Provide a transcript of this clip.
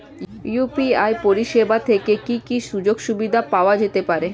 UPI পরিষেবা থেকে কি কি সুযোগ সুবিধা পাওয়া যেতে পারে?